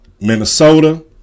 Minnesota